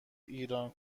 ایران